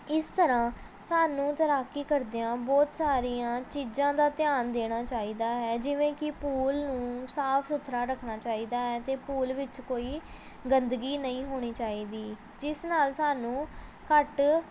ਇਸ ਤਰ੍ਹਾਂ ਸਾਨੂੰ ਤੈਰਾਕੀ ਕਰਦਿਆਂ ਬਹੁਤ ਸਾਰੀਆਂ ਚੀਜ਼ਾਂ ਦਾ ਧਿਆਨ ਦੇਣਾ ਚਾਹੀਦਾ ਹੈ ਜਿਵੇਂ ਕਿ ਪੂਲ ਨੂੰ ਸਾਫ਼ ਸੁਥਰਾ ਰੱਖਣਾ ਚਾਹੀਦਾ ਹੈ ਅਤੇ ਪੂਲ ਵਿੱਚ ਕੋਈ ਗੰਦਗੀ ਨਹੀਂ ਹੋਣੀ ਚਾਹੀਦੀ ਜਿਸ ਨਾਲ ਸਾਨੂੰ ਘੱਟ